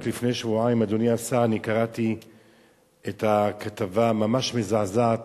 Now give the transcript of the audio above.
רק לפני שבועיים אני קראתי את הכתבה הממש-מזעזעת